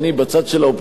בצד של האופוזיציה,